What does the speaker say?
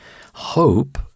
Hope